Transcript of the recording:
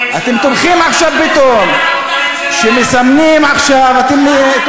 אתם מסמנים את המוצרים שלנו ואנחנו מסמנים את המוצרים שלכם.